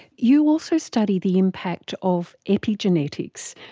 you also study the impact of epigenetics.